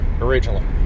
originally